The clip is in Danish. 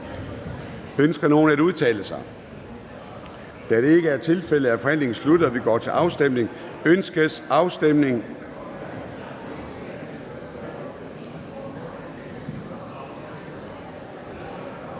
Ønsker nogen at udtale sig? Da det ikke er tilfældet, er forhandlingen sluttet, og vi går til afstemning. Kl. 13:05 Afstemning